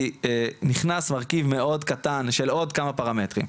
כי נכנס מרכיב מאוד קטן של עוד כמה פרמטרים.